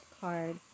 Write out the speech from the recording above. card